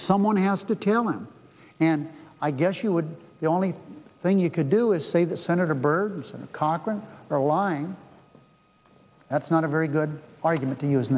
someone has to tell him and i guess you would the only thing you could do is say the senator byrd's and cochran are lying that's not a very good argument to use